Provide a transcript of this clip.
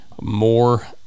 more